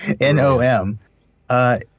N-O-M